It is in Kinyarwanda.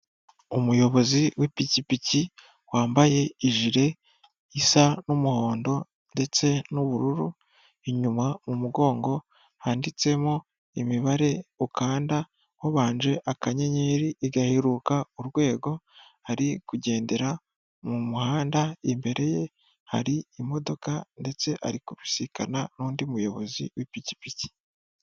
Umuyobozi w'ipikipiki wambaye ijire isa n'umuhondo ndetse n'ubururu, inyuma mu mugongo handitsemo imibare ukanda wabanje akanyenyeri igaheruka urwego, ari kugendera mu muhanda, imbere ye hari imodoka ndetse ari kubisikana n'undi muyobozi w'ipikipiki.